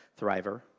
thriver